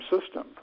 system